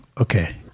Okay